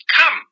come